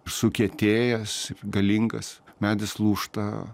sukietėjęs galingas medis lūžta